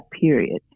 period